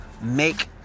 make